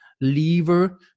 lever